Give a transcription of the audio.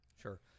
Sure